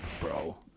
bro